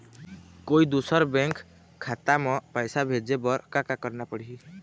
कोई दूसर बैंक खाता म पैसा भेजे बर का का करना पड़ही?